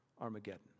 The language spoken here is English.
Armageddon